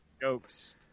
Jokes